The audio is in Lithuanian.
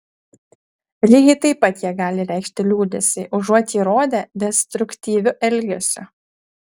lygiai taip pat jie gali reikšti liūdesį užuot jį rodę destruktyviu elgesiu